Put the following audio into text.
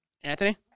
Anthony